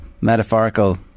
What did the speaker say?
metaphorical